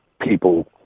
people